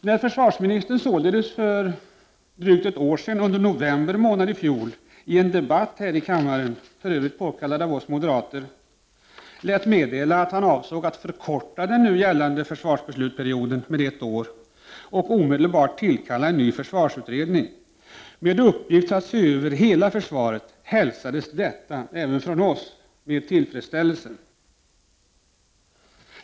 När försvarsministern under november i fjol i en debatt här i kammaren — påkallad av oss moderater — lät meddela att han avsåg att förkorta den nu gällande försvarsbeslutsperioden med ett år och omedelbart tillkalla en ny försvarsutredning med uppgift att se över hela försvaret, hälsades detta med tillfredsställelse även från vårt partis sida.